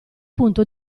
punto